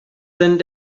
sent